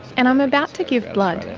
and i'm about to give blood.